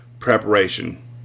Preparation